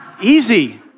easy